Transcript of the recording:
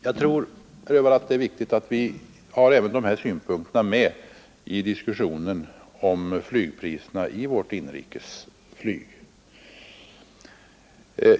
Jag tror, herr Öhvall, att det är viktigt att vi har även dessa synpunkter med i diskussionerna om flygpriserna i vårt inrikesflyg.